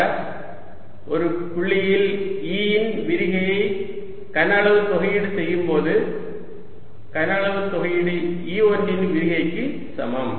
ஆகவே ஒரு புள்ளியில் E இன் விரிகையை கன அளவு தொகையீடு செய்யும்போது கன அளவு தொகையீடு E1 இன் விரிகைக்கு சமம்